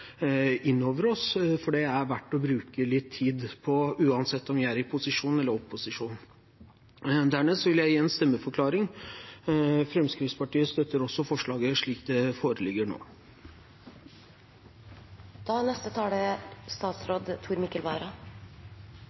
Det er det verdt å bruke litt tid på, uansett om vi er i posisjon eller opposisjon. Dernest vil jeg gi en stemmeforklaring. Fremskrittspartiet støtter også forslaget slik det foreligger nå. Anmodnings- og utredningsvedtak er